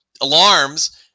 alarms